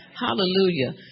Hallelujah